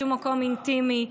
שהוא מקום אינטימי,